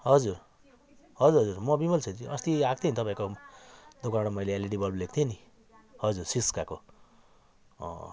हजुर हजुर हजुर म बिमल क्षेत्री अस्ति आएको थिएँ नि तपाईँको दोकानबाट मैले एलइडी बल्ब लिएको थिएँ नि हजुर सिस्काको